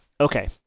okay